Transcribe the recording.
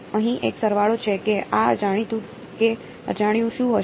અહીં એક સરવાળો છે કે આ જાણીતું કે અજાણ્યું શું હશે